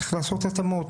צריך לעשות התאמות,